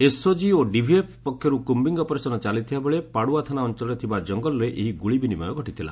SOG ଓ DVF ପକ୍ଷରୁ combing operation ଚାଲିଥିବାବେଳେ ପାଡ଼ୁଆ ଥାନା ଅଞ୍ଚଳରେ ଥିବା କଙ୍ଗଲରେ ଏହି ଗୁଳି ବିନିମୟ ଘଟିଥିଲା